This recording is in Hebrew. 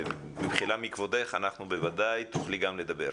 במחילה מכבודך, בוודאי תוכלי גם לדבר.